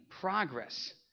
Progress